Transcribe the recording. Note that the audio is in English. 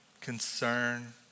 concern